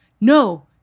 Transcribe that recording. no